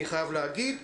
אני חייב להגיד,